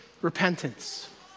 repentance